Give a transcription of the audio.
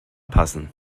passen